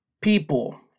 people